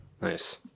Nice